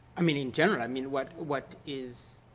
i mean in general, i mean what what is